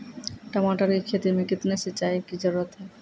टमाटर की खेती मे कितने सिंचाई की जरूरत हैं?